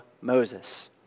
Moses